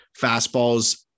fastballs